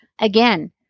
again